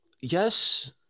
yes